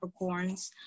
Capricorns